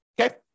Okay